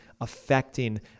affecting